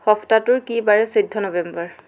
সপ্তাহটোৰ কি বাৰে চৈধ্য নৱেম্বৰ